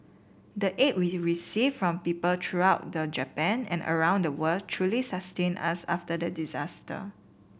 the aid we received from people throughout the Japan and around the world truly sustained us after the disaster